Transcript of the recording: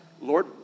Lord